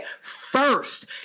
first